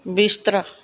ਬਿਸਤਰਾ